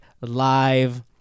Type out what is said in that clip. live